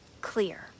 clear